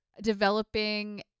developing